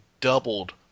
doubled